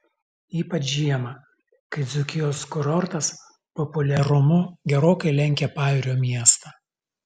ypač žiemą kai dzūkijos kurortas populiarumu gerokai lenkia pajūrio miestą